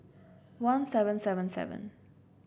one seven seven seven